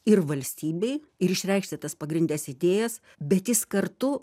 ir valstybei ir išreikšti tas pagrindnes idėjas bet jis kartu